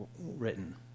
written